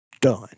done